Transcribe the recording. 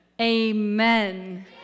Amen